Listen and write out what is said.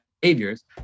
behaviors